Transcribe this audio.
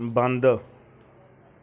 ਬੰਦ